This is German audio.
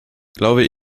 glaube